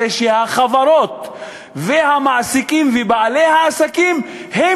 היא שהחברות והמעסיקים ובעלי העסקים הם